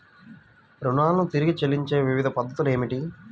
రుణాలను తిరిగి చెల్లించే వివిధ పద్ధతులు ఏమిటి?